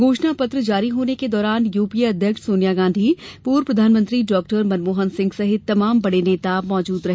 घोषणापत्र जारी होने के दौरान यूपीए अध्यक्ष सोनिया गांधी पूर्व प्रधानमंत्री डॉ मनमोहन सिंह सहित तमाम बड़े नेता मौजूद रहे